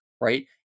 right